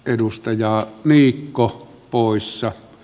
edustaja niikko poissa